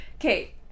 Okay